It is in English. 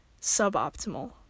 suboptimal